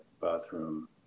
bathroom